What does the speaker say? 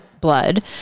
blood